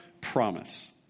promise